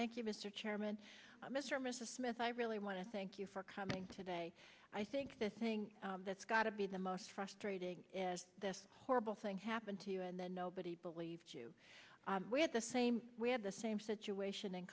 thank you mr chairman mr mr smith i really want to thank you for coming today i think the thing that's got to be the most frustrating is this horrible thing happen to you and then nobody believes you with the same we had the same situation in